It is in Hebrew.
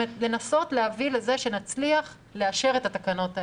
לנסות להביא לכך שנצליח לאשר את התקנות האלה,